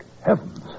heavens